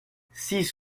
six